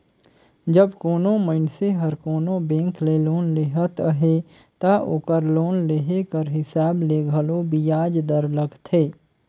जब कोनो मइनसे हर कोनो बेंक ले लोन लेहत अहे ता ओकर लोन लेहे कर हिसाब ले घलो बियाज दर लगथे